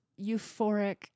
euphoric